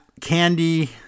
Candy